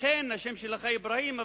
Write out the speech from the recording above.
אכן השם שלך אברהים,